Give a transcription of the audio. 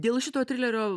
dėl šito trilerio